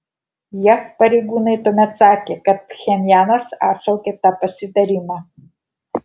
jav pareigūnai tuomet sakė kad pchenjanas atšaukė tą pasitarimą